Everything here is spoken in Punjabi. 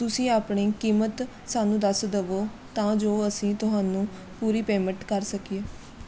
ਤੁਸੀਂ ਆਪਣੀ ਕੀਮਤ ਸਾਨੂੰ ਦੱਸ ਦੇਵੋ ਤਾਂ ਜੋ ਅਸੀਂ ਤੁਹਾਨੂੰ ਪੂਰੀ ਪੇਮੈਂਟ ਕਰ ਸਕੀਏ